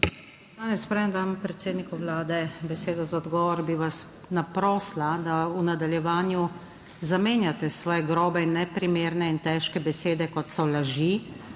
Preden dam predsedniku Vlade besedo za odgovor, bi vas prosila, da v nadaljevanju zamenjate svoje grobe in neprimerne ter težke besede, kot so laži,